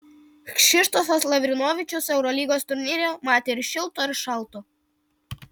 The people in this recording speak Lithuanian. kšištofas lavrinovičius eurolygos turnyre matė ir šilto ir šalto